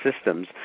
systems